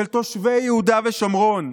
של תושבי יהודה ושומרון.